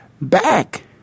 back